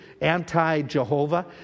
anti-Jehovah